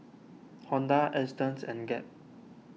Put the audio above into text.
Honda Astons and Gap